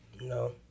No